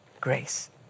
grace